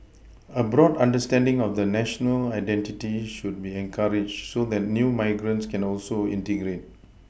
a broad understanding of the national identity should be encouraged so that new migrants can also integrate